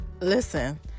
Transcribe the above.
listen